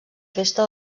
festa